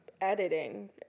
editing